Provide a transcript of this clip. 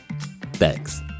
Thanks